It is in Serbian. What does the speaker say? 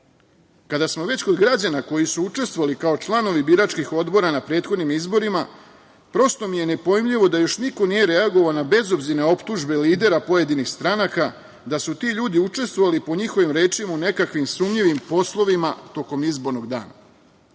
rada. Kada smo već kod građana koji su učestvovali kao članovi biračkih odbora na prethodnim izborima, prosto mi je nepojmljivo da još niko nije reagovao na bezobzirne optužbe lidera pojedinih stranaka, da su ti ljudi učestvovali, po njihovim rečima, u nekakvim sumnjivim poslovima tokom izbornog